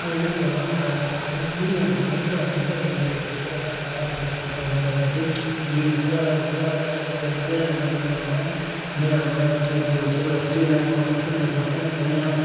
அதை என்ன பண்ணுவாங்க அப்படியே பிடுங்குவாங்க அறுப்பு அறுக்கு அறுக்கிற மாரி கிடையாது அப்படியே அழகா அறுத்து அறுத்து அறுத்து அறுத்து ஐ மீன் அருவாளை அருவாளால் அறுத்து அறுத்து அதை என்ன பண்ணுவாங்க அப்படியே அழகா வச்சு வச்சு வச்சு ஃபஸ்ட்டு என்ன பண்ணுவாங்க மிஷினில் போட்டு தனியாக